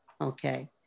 Okay